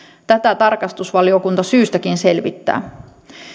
tätä tarkastusvaliokunta syystäkin selvittää